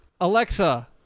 Alexa